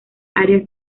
áreas